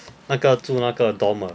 那个住那个 dorm 的